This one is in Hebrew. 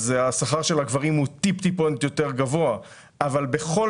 השכר של הגברים הוא טיפה יותר גבוה אבל בכל